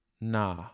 nah